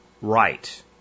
right